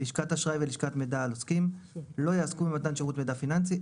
לשכת אשראי ולשכת מידע על עוסקים לא יעסקו במתן שירות מידע פיננסי,